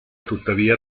tuttavia